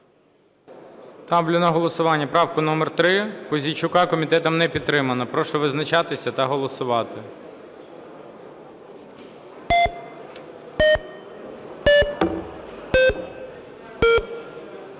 Ставлю на голосування правку номер 3 Пузійчука, комітетом не підтримана. Прошу визначатися та голосувати.